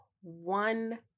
one